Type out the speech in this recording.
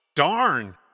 Darn